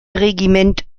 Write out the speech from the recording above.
regiment